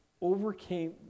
overcame